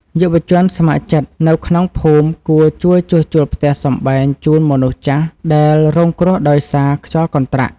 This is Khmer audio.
យុវជនស្ម័គ្រចិត្តនៅក្នុងភូមិគួរជួយជួសជុលផ្ទះសម្បែងជូនមនុស្សចាស់ដែលរងគ្រោះដោយសារខ្យល់កន្ត្រាក់។